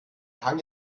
hang